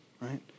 right